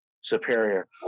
superior